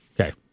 Okay